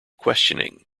questioning